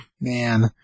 Man